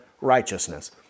righteousness